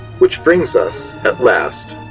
which brings us, at last,